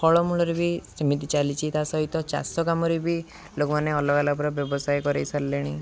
ଫଳମୂଳରେ ବି ସେମିତି ଚାଲିଛି ତା ସହିତ ଚାଷ କାମରେ ବି ଲୋକମାନେ ଅଲଗା ଅଲଗା ପ୍ରକାର ବ୍ୟବସାୟ କରେଇ ସାରିଲେଣି